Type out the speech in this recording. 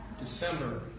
December